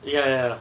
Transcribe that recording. ya ya